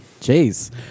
Jeez